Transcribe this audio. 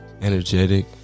energetic